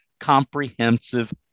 comprehensive